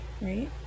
right